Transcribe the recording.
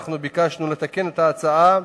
אנחנו ביקשנו לתקן את ההצעה,